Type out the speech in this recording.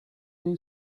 new